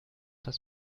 das